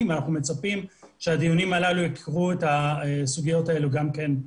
ואנחנו מצפים שהדיונים הללו ייקחו בחשבון גם את הסוגיות האלה.